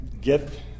Get